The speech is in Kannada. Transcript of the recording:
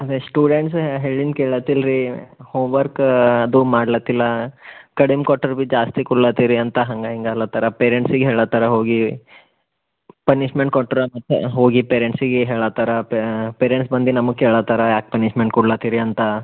ಅದೇ ಸ್ಟೂಡೆಂಟ್ಸ್ ಹೇಳಿದ್ ಕೇಳತ್ತಿಲ್ಲ ರೀ ಹೋಮ್ ವರ್ಕ್ ಅದು ಮಾಡ್ಲತ್ತಿಲ್ಲ ಕಡಿಮೆ ಕೊಟ್ಟರೂ ಭೀ ಜಾಸ್ತಿ ಕೊಡ್ಲತ್ತೀರಿ ಅಂತ ಹಂಗೆ ಹಿಂಗೆ ಅನ್ಲತ್ತಾರ ಪೇರೆಂಟ್ಸಿಗೆ ಹೇಳುತ್ತಾರ ಹೋಗಿ ಪನಿಶ್ಮೆಂಟ್ ಕೊಟ್ರೆ ಮತ್ತೆ ಹೋಗಿ ಪೇರೆಂಟ್ಸಿಗೆ ಹೇಳುತ್ತಾರ ಪೇರೆಂಟ್ಸ್ ಬಂದು ನಮಗೆ ಕೇಳುತ್ತಾರ ಯಾಕೆ ಪನಿಶ್ಮೆಂಟ್ ಕೊಡ್ಲತ್ತೀರಿ ಅಂತ